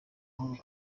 aho